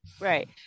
Right